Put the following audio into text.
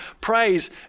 Praise